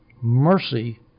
mercy